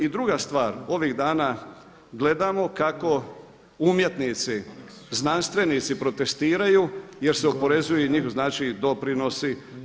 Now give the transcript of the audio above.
I druga stvar, ovih dana gledamo kako umjetnici, znanstvenici protestiraju jer se oporezuju znači doprinosi.